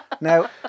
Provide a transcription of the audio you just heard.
Now